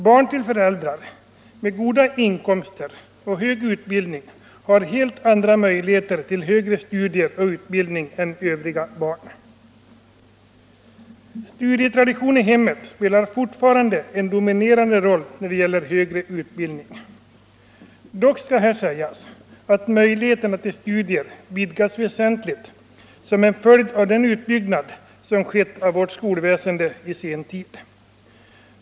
Barn till föräldrar med goda inkomster och hög utbildning har helt andra möjligheter till högre studier och utbildning än övriga barn. Studietraditionen i hemmen spelar fortfarande en dominerande roll när det gäller högre utbildning. Dock skall här sägas att möjligheterna till studier vidgats väsentligt som en följd av den utbyggnad av vårt skolväsende som skett i sen tid.